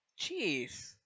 Jeez